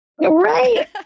Right